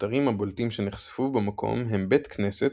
האתרים הבולטים שנחשפו במקום הם בית כנסת